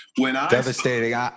Devastating